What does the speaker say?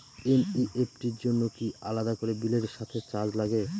NEFT র জন্য কি আলাদা করে বিলের সাথে চার্জ লাগে?